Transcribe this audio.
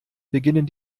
beginnen